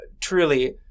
truly